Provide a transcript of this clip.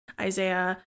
Isaiah